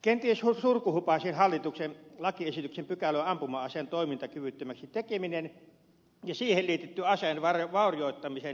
kenties surkuhupaisin hallituksen lakiesityksen pykälä on ampuma aseen toimintakyvyttömäksi tekeminen ja siihen liitetty aseen vaurioittamisen kieltäminen